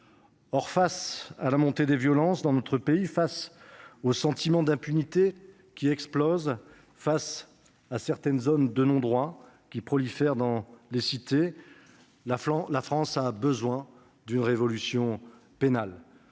Or, face à la montée des violences dans notre pays, face au sentiment d'impunité qui explose, face aux zones de non-droit qui prolifèrent dans les cités, la France a besoin d'une révolution pénale.